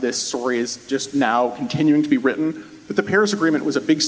this story is just now continuing to be written with the peers agreement was a big